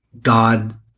God